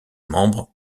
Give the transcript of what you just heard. membres